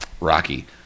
Rocky